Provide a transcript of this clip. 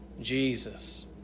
Jesus